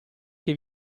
che